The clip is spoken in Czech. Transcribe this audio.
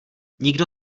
nikdo